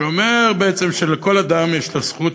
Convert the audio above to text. שאומר בעצם שלכל אדם יש את הזכות,